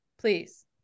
Please